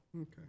Okay